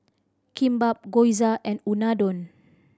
Kimbap Gyoza and Unadon